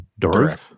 Dorif